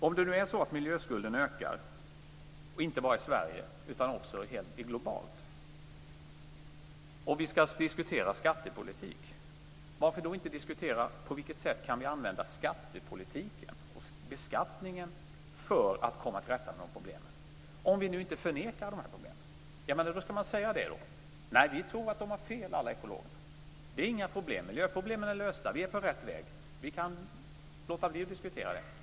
Om det nu är så att miljöskulden ökar, inte bara i Sverige utan också globalt, och vi skall diskutera skattepolitik, varför då inte diskutera på vilket sätt vi kan använda skattepolitiken och beskattningen för att komma till rätta med problemen? Alternativet är att man förnekar problemen, och då skall man ju säga: Nej, vi tror att alla ekologer har fel. Det är inga problem. Miljöproblemen är lösta. Vi är på rätt väg. Vi kan låta bli att diskutera dem.